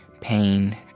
pain